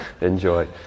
Enjoy